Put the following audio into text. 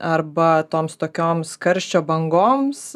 arba toms tokioms karščio bangoms